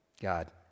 God